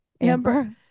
Amber